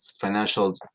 financial